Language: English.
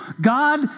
God